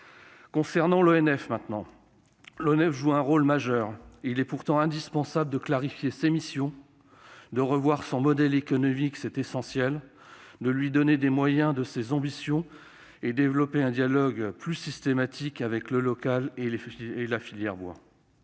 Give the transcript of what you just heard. forêts (ONF), ensuite, joue un rôle majeur. Il est pourtant indispensable de clarifier ses missions, de revoir son modèle économique, de lui donner les moyens de ses ambitions et de développer un dialogue plus systématique avec le local et la filière bois.